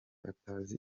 atazi